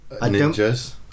ninjas